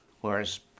whereas